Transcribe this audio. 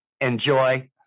ENJOY